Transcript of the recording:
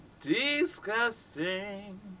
Disgusting